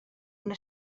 una